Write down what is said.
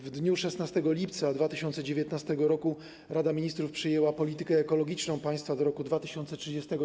W dniu 16 lipca 2019 r. Rada Ministrów przyjęła politykę ekologiczną państwa do roku 2030.